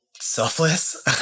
selfless